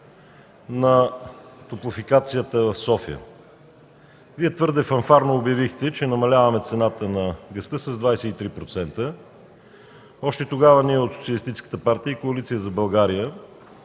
на топлофикацията в София. Вие твърде фанфарно обявихте, че намаляваме цената на газта с 23%. Още тогава ние от Социалистическата партия